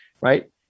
Right